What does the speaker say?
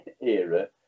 era